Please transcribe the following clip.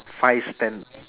five stan